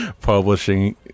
publishing